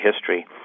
history